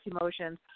emotions